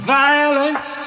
violence